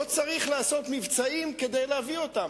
לא צריך לעשות מבצעים כדי להביא אותם.